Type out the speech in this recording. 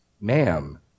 ma'am